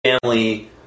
family